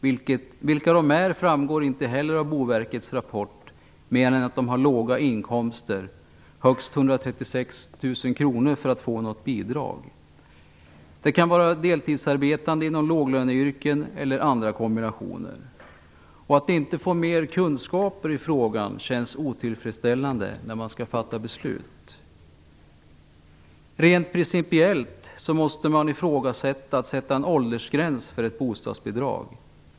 Vilka de är framgår inte heller av Boverkets rapport, mer än att de har låga inkomster, högst 136 000 kr för att få något bidrag. Det kan vara deltidsarbetande inom låglöneyrken eller andra kombinationer. Att inte få mer kunskaper i frågan känns otillfredsställande när man skall fatta beslut. Rent principiellt måste man ifrågasätta en åldersgräns för bostadsbidrag.